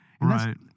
Right